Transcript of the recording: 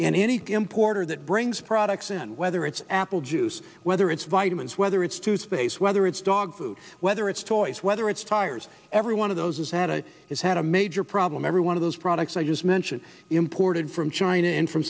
anything important that brings products in whether it's apple juice whether it's vitamins whether it's to space whether it's dog food whether it's toys whether it's tires every one of those has had a has had a major problem every one of those products i just mentioned imported from china and from